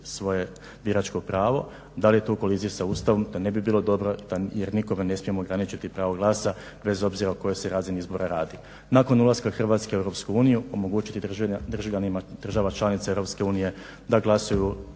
svoje biračko pravo. Da li je to u koliziji sa Ustavom da ne bi bilo dobro da nikoga nikoga ne smijemo ograničiti pravo glasa bez obzira o kojoj se razini izbora radi. Nakon ulaska Hrvatske u EU omogućiti državljanima država članica EU da glasuju